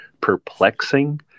perplexing